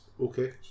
okay